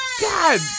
god